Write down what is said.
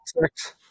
six